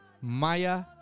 Maya